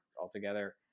altogether